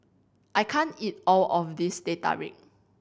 I can't eat all of this Teh Tarik